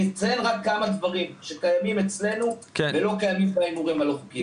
אני אציין רק כמה דברים שקיימים אצלנו ולא קיימים בהימורים הלא חוקיים.